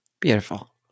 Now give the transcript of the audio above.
Beautiful